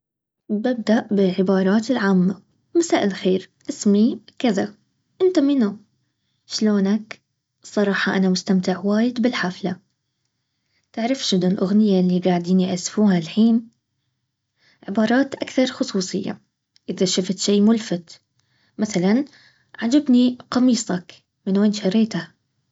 ببدأ بالعبارات العامة، مساء الخير اسمي كذا انت منو ؟شلونك ؟صراحة انا مستمتع وايد بالحفلة تعرف شنو الاغنية اللي قاعدين يأسفوها الحين؟ عبارات اكثر خصوصية اذا شفت شي ملفت مثلا عجبني قميصك من وين شريته